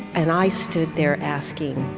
and i stood there, asking,